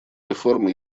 реформ